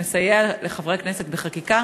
שמסייע לחברי כנסת בחקיקה.